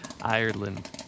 Ireland